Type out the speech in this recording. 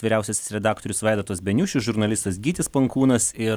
vyriausiasis redaktorius vaidotas beniušis žurnalistas gytis pankūnas ir